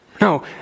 No